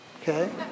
Okay